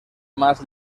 más